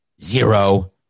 zero